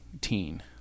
teen